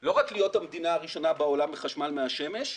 לא רק להיות המדינה הראשונה בחשמל מהשמש,